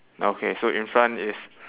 okay so in front is